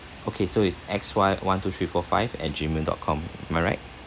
okay so is X Y one two three four five at gmail dot com am I right